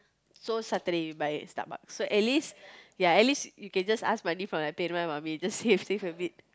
so Saturday buy Starbucks so at least ya at least you can just ask money from my payment money just need to save a bit